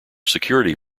security